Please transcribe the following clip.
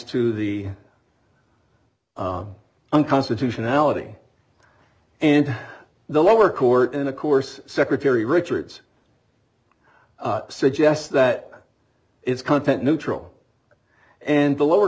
to the unconstitutionality and the lower court in the course secretary richards suggests that it's content neutral and the lower